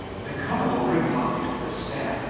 the commodore replied, with a stare,